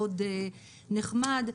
מאוד נחמד.